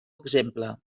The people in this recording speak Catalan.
exemple